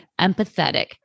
empathetic